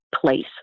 place